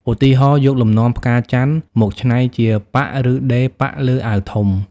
ឧទាហរណ៍ យកលំនាំផ្កាចន្ទន៍មកច្នៃជាប៉ាក់ឬដេរប៉ាក់លើអាវធំ។